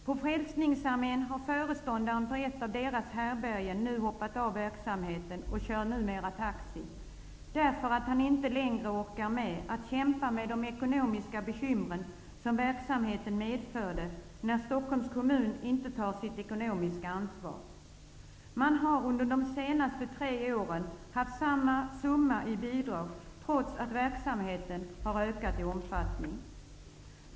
På Frälsningsarmén har föreståndaren för ett av härbärgena nu hoppat av verksamheten och kör taxi -- därför att han inte längre orkar med att kämpa med de ekonomiska bekymmer som verksamheten medför när Stockholms kommun inte tar sitt ekonomiska ansvar; man har under de senaste tre åren haft samma summa i bidrag trots att verksamheten har ökat i omfattning.